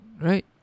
right